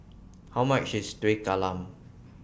How much IS Kueh Talam